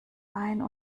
ein